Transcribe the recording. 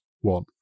one